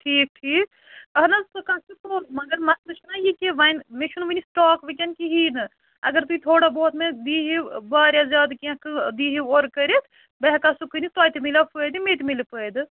ٹھیٖک ٹھیٖک اَہَن حظ سُہ کَتھ چھِ پوٚز مگر مَسلہٕ چھُنا یہِ کہِ وۅنۍ مےٚ چھُنہٕ وُنہِ سِٹاک وُنکٮ۪ن کِہیٖنٛۍ نہٕ اَگر تُہۍ تھوڑا بہت مےٚ دیٖہِو واریاہ زیادٕ کیٚنٛہہ کٲ دیٖہِو اورٕ کٔرِتھ بہٕ ہیٚکہٕ ہا سُہ کٕنِتھ تۄہہِ تہِ میلیو فٲیدٕ مےٚ تہِ میلہِ فٲیدٕ